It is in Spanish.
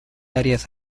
áreas